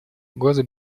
угрозу